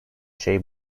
şey